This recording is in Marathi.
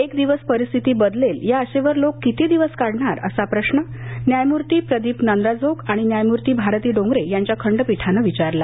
एक दिवस परिस्थिती बदलेल या आशेवर लोक किती दिवस काढणार असा प्रश्न न्यायमूर्ती प्रदीप नंद्रजोग आणि न्यायमूर्ती भारती डोंगरे यांच्या खंडपीठानं विचारला